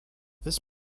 this